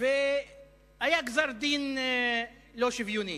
והיה גזר-דין לא שוויוני,